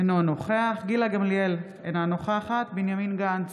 אינו נוכח גילה גמליאל, אינה נוכחת בנימין גנץ,